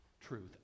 truth